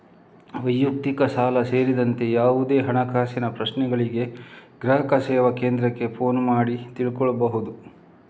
ವೈಯಕ್ತಿಕ ಸಾಲ ಸೇರಿದಂತೆ ಯಾವುದೇ ಹಣಕಾಸಿನ ಪ್ರಶ್ನೆಗಳಿಗೆ ಗ್ರಾಹಕ ಸೇವಾ ಕೇಂದ್ರಕ್ಕೆ ಫೋನು ಮಾಡಿ ತಿಳ್ಕೋಬಹುದು